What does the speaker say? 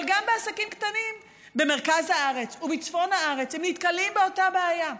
אבל גם עסקים קטנים במרכז הארץ ובצפון הארץ נתקלים באותה בעיה.